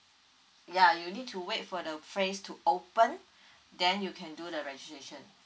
ya you need to wait for the phrase to open then you can do the registration